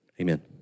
Amen